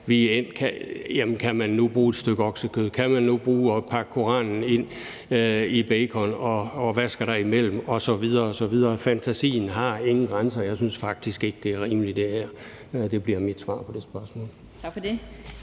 man kan bruge et stykke oksekød, om man kan pakke koranen ind i bacon, og hvad der skal lægges imellem osv. osv. Fantasien har ingen grænser. Jeg synes faktisk ikke, det her er rimeligt. Det bliver mit svar på det spørgsmål.